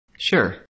Sure